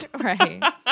right